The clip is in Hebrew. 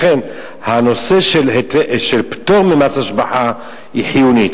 לכן, הנושא של פטור ממס השבחה הוא חיוני.